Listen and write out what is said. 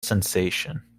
sensation